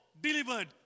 delivered